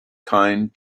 kind